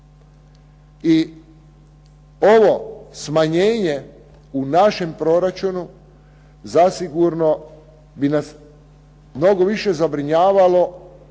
I ovo smanjenje u našem proračunu zasigurno bi nas mnogo više zabrinjavalo